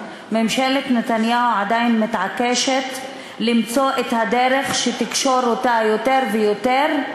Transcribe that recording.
ממשלת נתניהו עדיין מתעקשת למצוא את הדרך שתקשור אותה יותר ויותר,